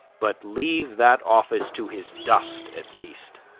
but leave that office to his dust at least